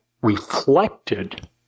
reflected